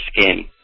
skin